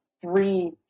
three